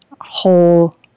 whole